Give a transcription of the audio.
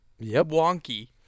wonky